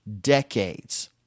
decades